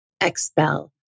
expel